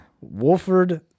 Wolford